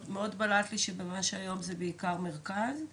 מאוד בלט לי שבמה שהיום יש זה בעיקר פרויקטים במרכז.